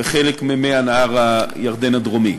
וחלק ממי נהר הירדן הדרומי.